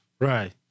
right